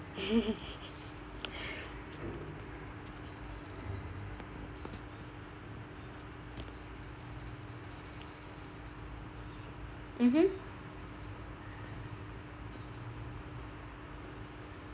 mmhmm